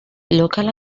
local